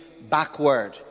backward